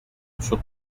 sur